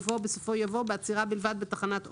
בסופו יבוא "בעצירה בלבד בתחנת אוטובוס".